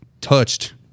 touched